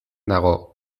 dago